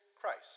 Christ